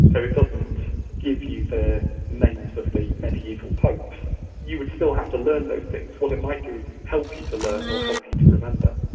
it doesn't give you the names of the mediaeval popes, you would still have to learn those things. what it might do is help you to learn or help you to remember.